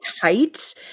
tight